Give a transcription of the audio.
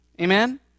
Amen